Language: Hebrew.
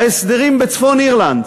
ההסדרים בצפון-אירלנד: